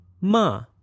ma